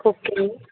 okay